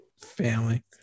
Family